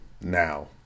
now